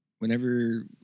Whenever